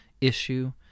issue